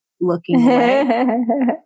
looking